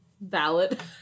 Valid